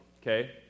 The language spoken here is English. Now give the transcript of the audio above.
Okay